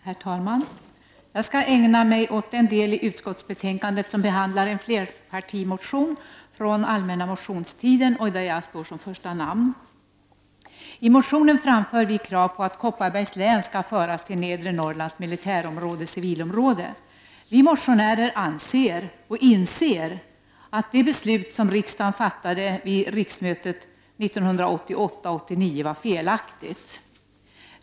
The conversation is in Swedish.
Herr talman! Jag skall ägna mig åt den del av utskottsbetänkandet där man behandlar en flerpartimotion som väcktes under den allmänna motionstiden och där jag står som första namn. I motionen framför vi motionärer krav på att Kopparbergs län skall föras till Nedre Norrlands militärområde 89 var felaktigt.